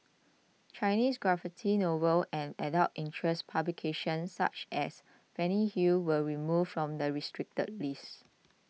Chinese graphic novels and adult interest publications such as Fanny Hill were removed from the restricted list